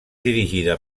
dirigida